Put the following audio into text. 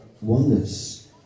oneness